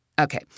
okay